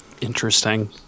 Interesting